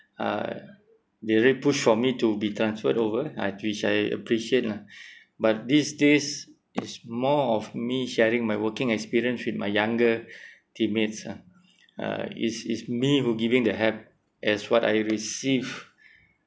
uh they really push for me to be transferred over uh which I appreciate lah but these days is more of me sharing my working experience with my younger teammates ah uh is is me who giving the help as what I receive